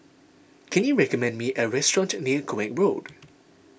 can you recommend me a restaurant near Koek Road